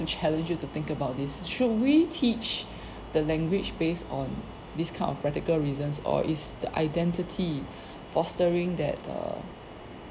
to challenge you to think about this should we teach the language based on this kind of practical reasons or is the identity fostering that uh